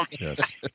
yes